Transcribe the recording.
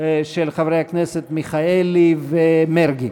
של חברי הכנסת מיכאלי ומרגי.